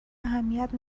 اهمیت